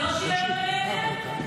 זה לא שוויון בנטל?